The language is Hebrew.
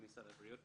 משרד הבריאות,